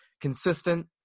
consistent